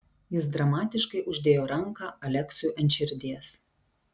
jis dramatiškai uždėjo ranką aleksiui ant širdies